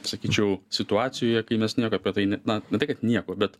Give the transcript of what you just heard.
sakyčiau situacijoje kai mes nieko apie tai na ne tai kad nieko bet